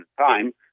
time